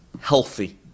healthy